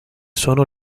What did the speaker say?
sono